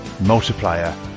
Multiplier